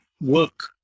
work